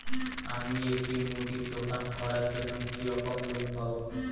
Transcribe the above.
আমি একটি মুদির দোকান করার জন্য কি রকম লোন পাব?